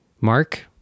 mark